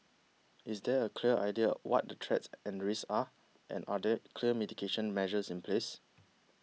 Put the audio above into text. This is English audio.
is there a clear idea what the threats and the risks are and are there clear mitigation measures in place